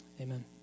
Amen